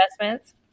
investments